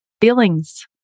feelings